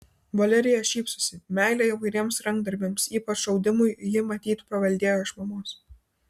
valerija šypsosi meilę įvairiems rankdarbiams ypač audimui ji matyt paveldėjo iš mamos